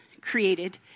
created